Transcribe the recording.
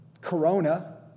Corona